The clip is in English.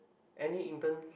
any intern